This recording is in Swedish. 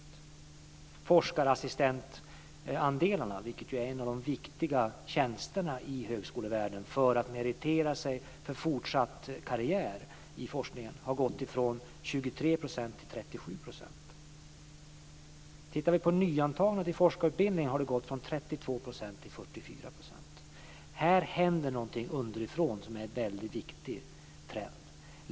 Andelen kvinnliga forskarassistenter, som är en av de viktiga tjänsterna i högskolevärlden för att meritera sig för fortsatt karriär i forskningen, har ökat från 23 % till 37 %. Om vi tittar på nyantagna till forskarutbildning har andelen kvinnor ökat från 32 % till 44 %. Här händer någonting underifrån som är en väldigt viktig trend.